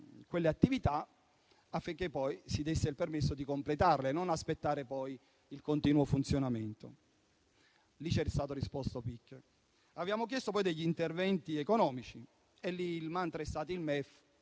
quelle attività per poi permettere di completarle e non aspettare il continuo funzionamento. Lì c'è stato risposto picche. Abbiamo chiesto poi degli interventi economici. Il mantra è stato: il MEF